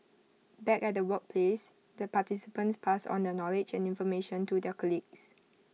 back at the workplace the participants pass on the knowledge and information to their colleagues